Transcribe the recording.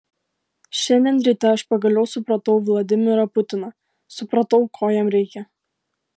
šiandien ryte aš pagaliau supratau vladimirą putiną supratau ko jam reikia